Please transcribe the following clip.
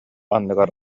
анныгар